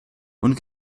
und